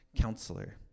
counselor